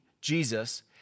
Jesus